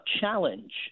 challenge